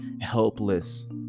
helpless